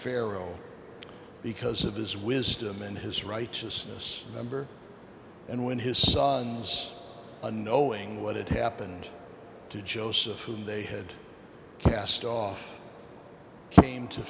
pharaoh because of his wisdom and his righteousness number and when his sons unknowing what had happened to joseph when they had cast off came to